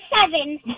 seven